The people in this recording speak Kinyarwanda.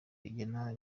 rigena